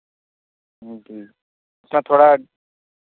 جی اس کا تھوڑا